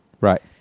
Right